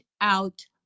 out